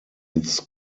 its